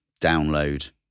download